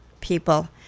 people